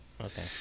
okay